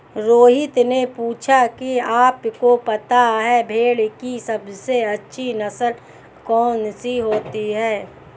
रोहित ने पूछा कि आप को पता है भेड़ की सबसे अच्छी नस्ल कौन सी होती है?